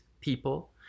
people